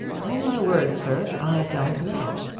upon my word, sir, i don't know.